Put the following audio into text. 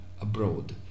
abroad